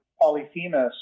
Polyphemus